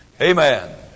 Amen